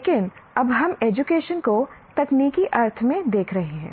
लेकिन अब हम एजुकेशन को तकनीकी अर्थ में देख रहे हैं